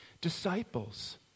disciples